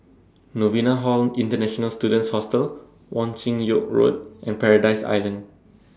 Novena Hall International Students Hostel Wong Chin Yoke Road and Paradise Island